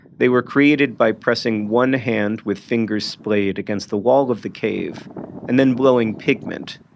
they were created by pressing one hand with fingers splayed against the wall of the cave and then blowing pigment,